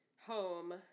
home